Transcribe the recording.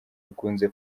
ukunze